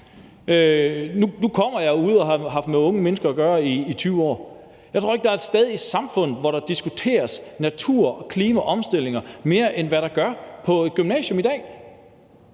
Nu kommer jeg derude og har haft med unge mennesker at gøre i 20 år. Jeg tror ikke, der er et sted i samfundet, hvor der diskuteres natur, klima og omstillinger mere, end hvad der gøres på et gymnasium i dag.